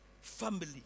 family